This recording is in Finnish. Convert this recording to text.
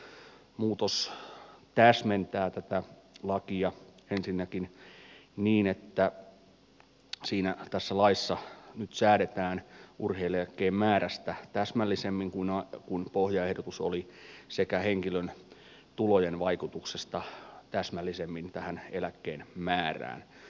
muutos täsmentää tätä lakia ensinnäkin niin että tässä laissa nyt säädetään urheilijaeläkkeen määrästä täsmällisemmin kuin pohjaehdotuksessa oli sekä henkilön tulojen vaikutuksesta täsmällisemmin tähän eläkkeen määrään